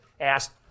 asked